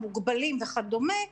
המוגבלים וכדומה,